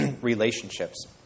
relationships